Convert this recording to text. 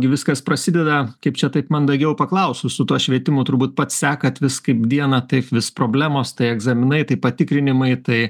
gi viskas prasideda kaip čia taip mandagiau paklausus su tuo švietimu turbūt pats sekat vis kaip dieną taip vis problemos tai egzaminai tai patikrinimai tai